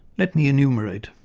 let me enumerate.